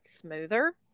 smoother